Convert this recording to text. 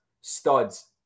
studs